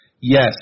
Yes